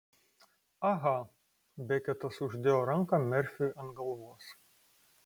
aha beketas uždėjo ranką merfiui ant galvos